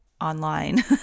online